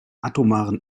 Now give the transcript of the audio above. atomaren